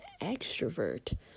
extrovert